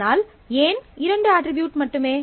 ஆனால் ஏன் இரண்டு அட்ரிபியூட் மட்டுமே